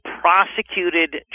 prosecuted